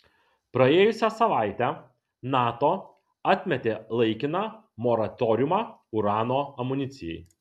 praėjusią savaitę nato atmetė laikiną moratoriumą urano amunicijai